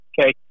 Okay